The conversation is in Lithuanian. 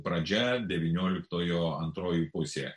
pradžia devynioliktojo antroji pusė